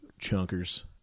chunkers